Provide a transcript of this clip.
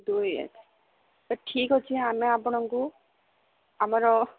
ଦୁଇ ଏକ ତ ଠିକ୍ ଅଛି ଆମେ ଆପଣଙ୍କୁ ଆମର